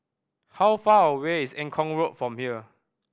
how far away is Eng Kong Road from here